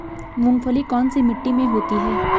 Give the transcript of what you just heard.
मूंगफली कौन सी मिट्टी में होती है?